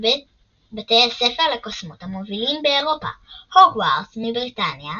בתי הספר לקוסמות המובילים באירופה הוגוורטס מבריטניה,